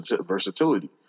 versatility